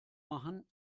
machen